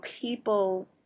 people